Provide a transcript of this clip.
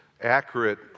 accurate